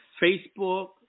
Facebook